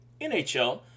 NHL